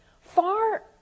far